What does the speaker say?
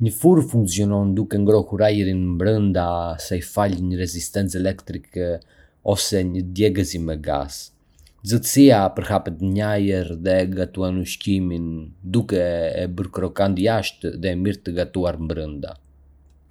Një furrë funksionon duke ngrohur ajrin brenda saj falë një rezistence elektrike ose një djegësi me gaz. Nxehtësia përhapet në ajër dhe gatuan ushqimin, duke e bërë krokant jashtë dhe mirë të gatuar brenda.